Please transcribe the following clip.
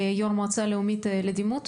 יו"ר המועצה הלאומית לדימות.